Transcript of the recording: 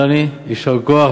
דני: יישר כוח,